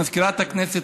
מזכירת הכנסת,